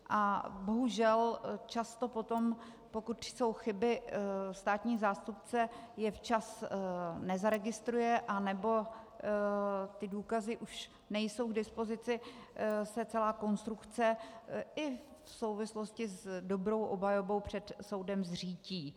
A bohužel často potom, pokud jsou chyby a státní zástupce je včas nezaregistruje nebo důkazy už nejsou k dispozici, se celá konstrukce i v souvislosti s dobrou obhajobou před soudem zřítí.